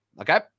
okay